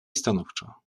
stanowczo